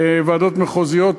ועדות מחוזיות,